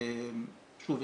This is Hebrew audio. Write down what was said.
שוב,